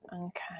Okay